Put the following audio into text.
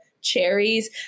cherries